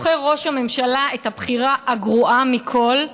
ראש הממשלה בוחר את הבחירה הגרועה מכול,